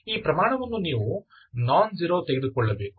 ಈ ಪ್ರಮಾಣವನ್ನು ನೀವು ನಾನ್ ಝೀರೋ ತೆಗೆದುಕೊಳ್ಳಬೇಕು